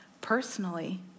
Personally